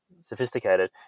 sophisticated